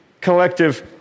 collective